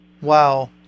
Wow